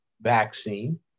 vaccine